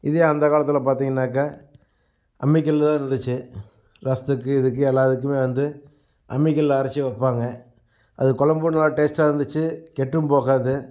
இதே அந்த காலத்தில் பார்த்தீங்கன்னாக்கா அம்மிக்கல்தான் இருந்துச்சு ரசத்துக்கு இதுக்கு எல்லா இதுக்குமே வந்து அம்மிக்கல்லை அரச்சு வைப்பாங்க அது குழம்பும் நல்லா டேஸ்ட்டாக இருந்துச்சு கெட்டும் போகாது